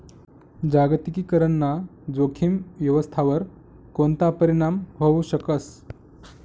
जागतिकीकरण ना जोखीम व्यवस्थावर कोणता परीणाम व्हवू शकस